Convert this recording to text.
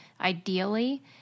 ideally